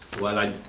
well i